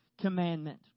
commandment